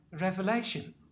revelation